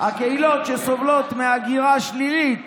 הקהילות שסובלות מהגירה שלילית